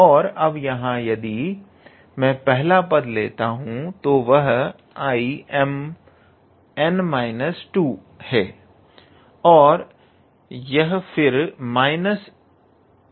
और अब यहां यदि मैं पहला पद लेता हूं तो वह 𝐼𝑚𝑛−2 है और यह फिर −𝐼𝑚𝑛 है